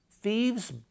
Thieves